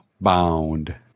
Bound